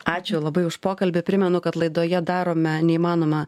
ačiū labai už pokalbį primenu kad laidoje darome neįmanoma